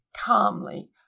calmly